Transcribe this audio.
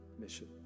mission